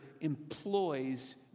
employs